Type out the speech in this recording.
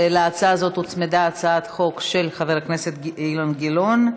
להצעה הזאת הוצמדה הצעת חוק של חבר הכנסת אילן גילאון: